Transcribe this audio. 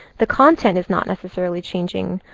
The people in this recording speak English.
the content is not necessarily changing,